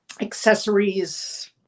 accessories